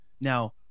Now